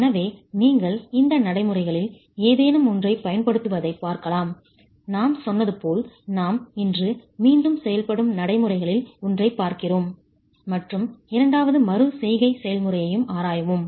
எனவே நீங்கள் இந்த நடைமுறைகளில் ஏதேனும் ஒன்றைப் பயன்படுத்துவதைப் பார்க்கலாம் நான் சொன்னது போல் நாம் இன்று மீண்டும் செயல்படும் நடைமுறைகளில் ஒன்றைப் பார்க்கிறோம் மற்றும் இரண்டாவது மறு செய்கை செயல்முறையையும் ஆராய்வோம்